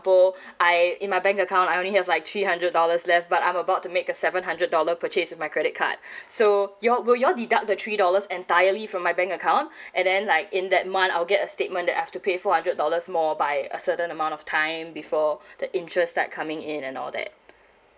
I in my bank account I only have like three hundred dollars left but I'm about to make a seven hundred dollar purchase to my credit card so y'all will y'all deduct the three dollars entirely from my bank account and then like in that month I'll get a statement that I've to pay four hundred dollars more by a certain amount of time before the interests start coming in and all that